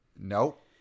Nope